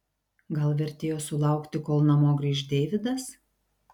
gal vertėjo sulaukti kol namo grįš deividas